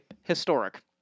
historic